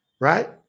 right